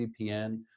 VPN